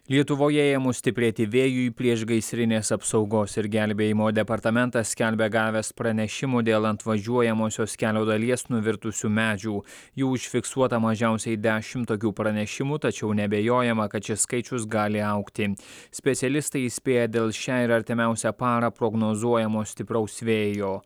lietuvoje ėmus stiprėti vėjui priešgaisrinės apsaugos ir gelbėjimo departamentas skelbia gavęs pranešimų dėl ant važiuojamosios kelio dalies nuvirtusių medžių jų užfiksuota mažiausiai dešimt tokių pranešimų tačiau neabejojama kad šis skaičius gali augti specialistai įspėja dėl šią ir artimiausią parą prognozuojamo stipraus vėjo